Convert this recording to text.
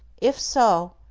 if so,